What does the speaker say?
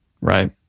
Right